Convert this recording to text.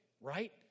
right